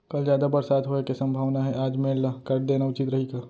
कल जादा बरसात होये के सम्भावना हे, आज मेड़ ल काट देना उचित रही का?